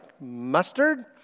mustard